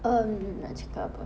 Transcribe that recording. um nak cakap apa